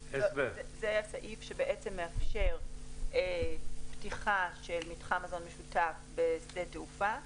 זה הסעיף שמאפשר פתיחה של מתחם מזון משותף בשדה תעופה.